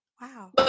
Wow